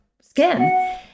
skin